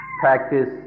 practice